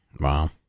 Wow